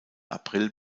april